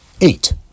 Eight